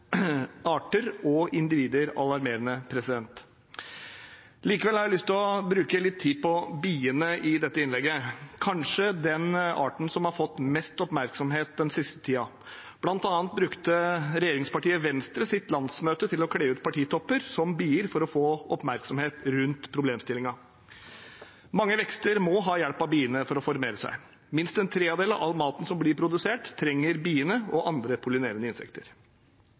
arter og individer alarmerende. Likevel har jeg i dette innlegget lyst til å bruke litt tid på biene, kanskje den arten som har fått mest oppmerksomhet den siste tiden. Blant annet brukte regjeringspartiet Venstre sitt landsmøte til å kle ut partitopper som bier for å få oppmerksomhet rundt problemstillingen. Mange vekster må ha hjelp av biene for å formere seg. Minst en tredjedel av all maten som blir produsert, trenger biene og andre pollinerende